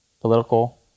political